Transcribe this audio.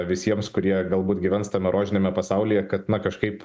visiems kurie galbūt gyvens tame rožiniame pasaulyje kad na kažkaip